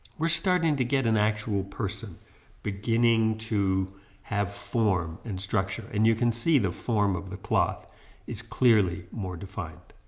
we're starting to get an actual person beginning to have form and structure and you can see the form of the cloth is clearly more defined.